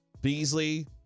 Beasley